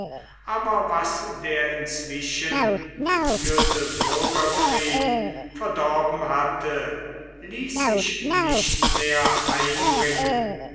aber was der inzwischen geführte bürgerkrieg verdorben hatte ließ sich nicht mehr einbringen